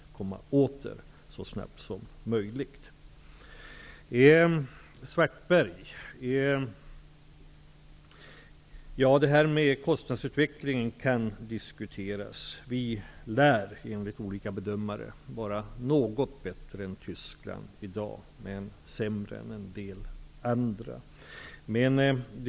Till Karl-Erik Svartberg vill jag säga att detta med kostnadsutvecklingen kan diskuteras. Vi lär enligt olika bedömare vara något bättre än Tyskland i dag, men sämre än en del andra.